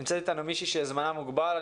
נמצאת איתנו מישהי שזמנה מוגבל.